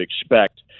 expect